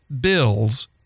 bills